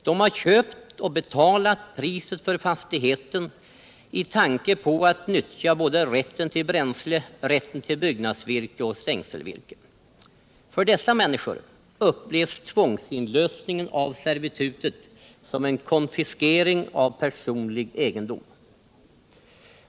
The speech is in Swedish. De har köpt och betalat priset för fastigheten i tanke att nyttja rätten till bränsle, 151 byggnadsvirke och stängselvirke. För dessa människor upplevs tvångsinlösningen av servitutet som en konfiskering av personlig egendom.